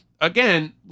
again